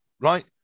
right